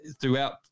throughout